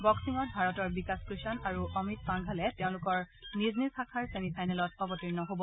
বক্সিংত ভাৰতৰ বিকাশ কৃষ্ণ আৰু অমিত পাংঘালে তেওঁলোকৰ নিজ শাখাৰ ছেমি ফাইনেলত অৱতীৰ্ণ হ'ব